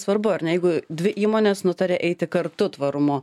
svarbu ar negu dvi įmonės nutarė eiti kartu tvarumo